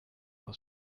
was